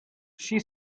she